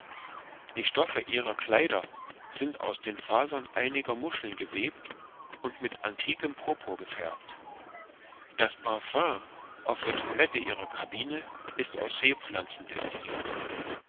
die stoffe ihrer kleider sind aus den fasern einiger muscheln gewebt und mit antikem purpur gefärbt das parfüm auf der toilette ihrer cabine ist aus seepflanzen destillirt